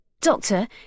Doctor